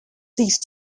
these